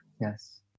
yes